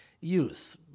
youth